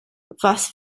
was